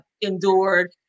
endured